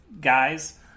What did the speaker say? guys